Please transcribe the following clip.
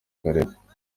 karere